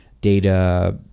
data